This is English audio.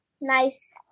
nice